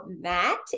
Matt